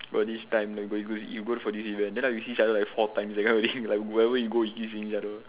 got this time we go for this event then like we see each other for like four times that kind of thing like wherever we go we keep seeing each other